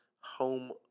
home